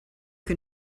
can